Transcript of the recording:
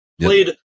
played